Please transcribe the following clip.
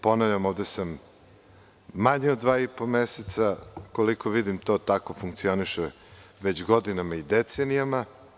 Ponavljam da sam ovde manje od dva i po meseca i, koliko vidim, to tako funkcioniše već godinama i decenijama.